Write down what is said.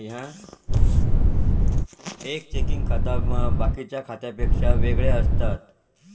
एक चेकिंग खाता बाकिच्या खात्यांपेक्षा वेगळा असता